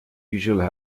usually